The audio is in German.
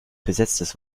besetztes